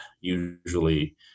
usually